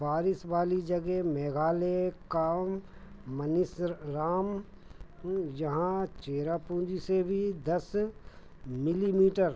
बारिश वाली जगह मेघालय का मौसिनराम यहाँ चेरापुंजी से भी दस मिलीमीटर